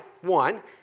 one